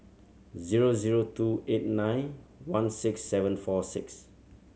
zero zero two eight nine one six seven four six